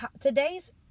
today's